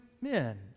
men